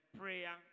prayer